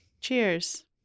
Cheers